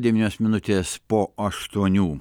devynios minutės po aštuonių